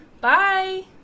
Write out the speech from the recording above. Bye